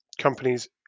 companies